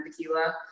tequila